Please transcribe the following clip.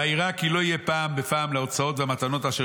ויירא כי לא יהיה פעם בפעם להוצאות והמתנות אשר